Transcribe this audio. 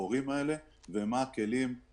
לאחר ששאלתי אותו על הנושא הזה,